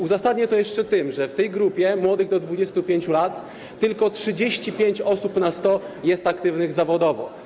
Uzasadnię to jeszcze tym, że w tej grupie - młodych do 25 lat - tylko 35 osób na 100 jest aktywnych zawodowo.